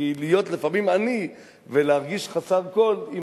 כי לפעמים להיות עני ולהרגיש חסר כול זו